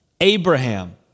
Abraham